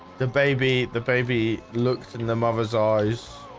the baby the baby looks in the mother's eyes.